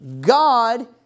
God